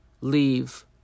leave